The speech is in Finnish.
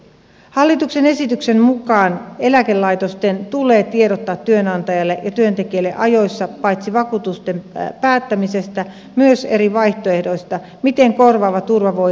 hallituksen esityksen mukaan eläkelaitosten tulee tiedottaa työnantajalle ja työntekijälle ajoissa paitsi vakuutusten päättämisestä myös eri vaihtoehdoista miten korvaava turva voidaan järjestää